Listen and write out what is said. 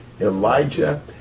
Elijah